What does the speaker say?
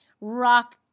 rock